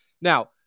Now